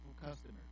customer